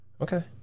Okay